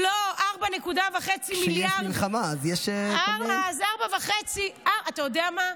לא, 4.5 מיליארד, כשיש מלחמה, יש, אתה יודע מה?